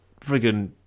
friggin